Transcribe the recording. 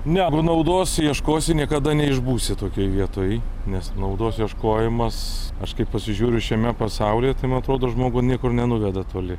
ne jeigu naudos ieškosi niekada neišbūsi tokioj vietoj nes naudos ieškojimas aš kai pasižiūriu šiame pasauly tai man atrodo žmogų niekur nenuveda toli